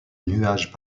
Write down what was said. nuages